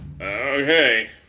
okay